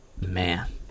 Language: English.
Man